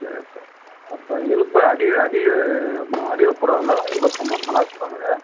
சரி சரி அப்போ இலுப்பை அடி அடி அடியில் போடுவாங்களே இலுப்பை மரந்தானே அது போடுவாங்க அது